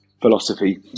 philosophy